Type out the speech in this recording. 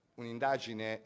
un'indagine